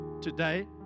today